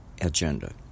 agenda